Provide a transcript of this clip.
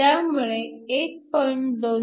त्यामुळे 1